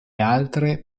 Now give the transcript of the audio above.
altre